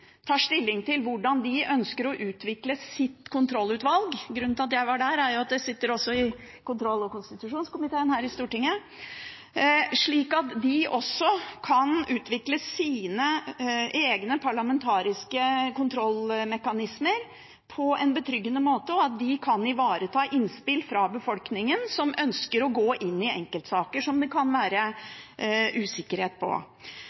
tar stilling til hvordan de ønsker å utvikle sitt kontrollutvalg – grunnen til at jeg var der, er at jeg også sitter i kontroll- og konstitusjonskomiteen her i Stortinget – slik at de også kan utvikle sine egne parlamentariske kontrollmekanismer på en betryggende måte, og at de kan ivareta innspill fra befolkningen som ønsker å gå inn i enkeltsaker som det kan